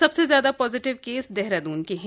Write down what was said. सबसे ज्यादा positive case Dehradun के हैं